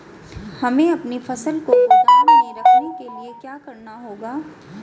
हमें अपनी फसल को गोदाम में रखने के लिये क्या करना होगा?